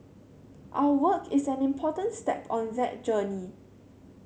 our work is an important step on that journey